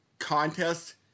contest